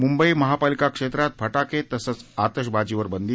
मुंबई महापालिका क्षेत्रात फटाके तसंच आतषबाजीवर बंदी